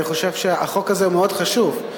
אני חושב שהחוק הזה מאוד חשוב.